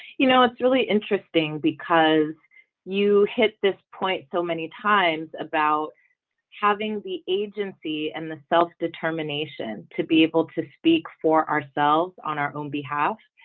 you know, it's really interesting because you hit this point so many times about having the agency and the self determination to be able to speak for ourselves on our own behalf.